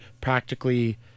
practically